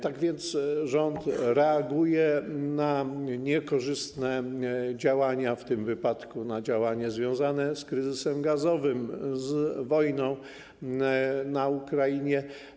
Tak więc rząd reaguje na niekorzystne działania, w tym wypadku na działania związane z kryzysem gazowym, z wojną na Ukrainie.